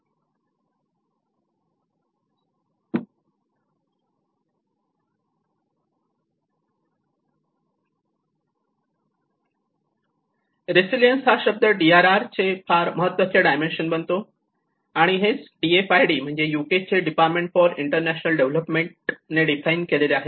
तेव्हा रेसीलियन्स हा शब्द DRR चे फार महत्वाचे डायमेन्शन बनतो आणि हेच DFID म्हणजेच UK चे डिपार्टमेंट फॉर इंटरनॅशनल डेव्हलपमेंट ने डिफाइन केले आहे